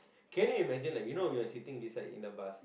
can you imagine like you know we are sitting beside in the bus